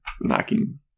knocking